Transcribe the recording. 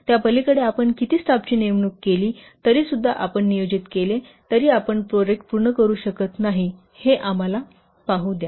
त्या पलीकडे आपण किती स्टाफची नेमणूक केली तरीसुद्धा आपण नियोजित केले तरी आपण प्रोजेक्ट पूर्ण करू शकत नाही हे आम्हाला पाहू द्या